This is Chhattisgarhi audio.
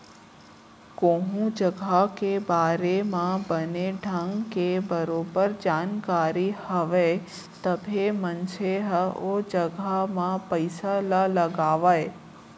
कोहूँ जघा के बारे म बने ढंग के बरोबर जानकारी हवय तभे मनसे ह ओ जघा म पइसा ल लगावय